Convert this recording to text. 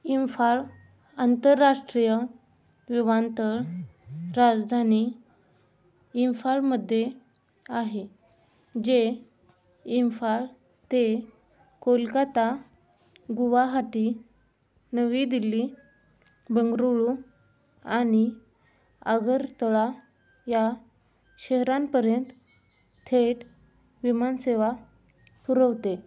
इम्फाळ आंतरराष्ट्रीय विमानतळ राजधानी इम्फाळमध्ये आहे जे इम्फाळ ते कोलकाता गुवाहाटी नवी दिल्ली बंगळुरू आणि आगरतळा या शहरांपर्यंत थेट विमानसेवा पुरवते